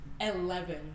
Eleven